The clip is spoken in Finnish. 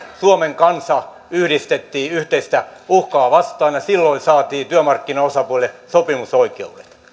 suomen kansa yhdistettiin yhteistä uhkaa vastaan ja silloin saatiin työmarkkinaosapuolille sopimusoikeudet